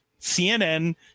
CNN